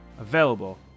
available